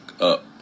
up